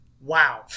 Wow